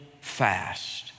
fast